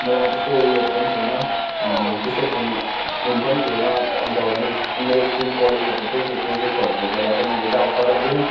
मेरोमा त्यस्तो उयोहरू पनि थिएन त्यस्तो फोन फोन पनि थिएन अन्त मेरो इस् मेरो स्कुल कलेजहरूको चाहिँ त्यो प्रोजेक्टहरूले गर्दा चाहिँ मैले चाहिँ अब सडनली नै